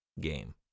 game